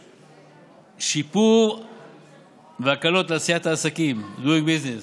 שיפור והקלות לעשיית העסקים, doing business.